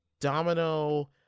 Domino